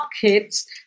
kids